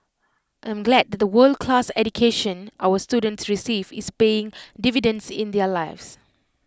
I am glad that the world class education our students receive is paying dividends in their lives